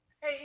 Hey